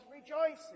rejoicing